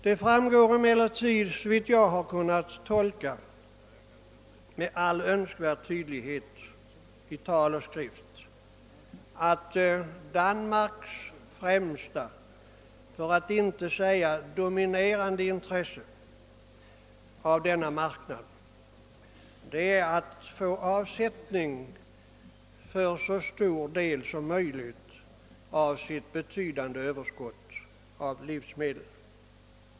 Det framgår emellertid med all önskvärd tydlighet i tal och skrift, att Danmarks främsta, för att inte säga dominerande intresse av denna marknad är att få avsättning för så stor del som möjligt av sitt betydande överskott av livsmedel.